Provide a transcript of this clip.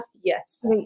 Yes